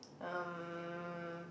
um